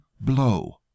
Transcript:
blow